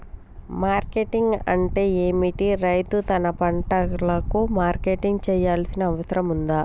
Marketing అంటే ఏమిటి? రైతు తన పంటలకు మార్కెటింగ్ చేయాల్సిన అవసరం ఉందా?